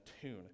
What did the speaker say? tune